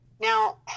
Now